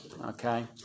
Okay